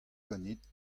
ganit